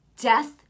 death